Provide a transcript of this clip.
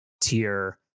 tier